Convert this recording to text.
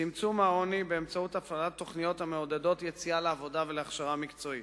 צמצום העוני באמצעות הפעלת תוכניות יציאה לעבודה ולהכשרה מקצועית.